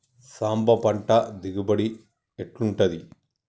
సాంబ పంట దిగుబడి ఎట్లుంటది?